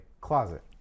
closet